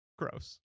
gross